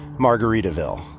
Margaritaville